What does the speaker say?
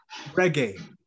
Reggae